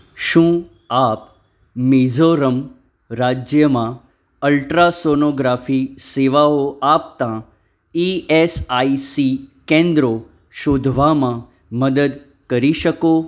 શું આપ મિઝોરમ રાજ્યમાં અલ્ટ્રાસોનોગ્રાફી સેવાઓ આપતાં ઇએસઆઇસી કેન્દ્રો શોધવામાં મદદ કરી શકો